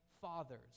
fathers